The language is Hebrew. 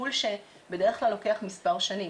טיפול שבדרך כלל לוקח מספר שנים.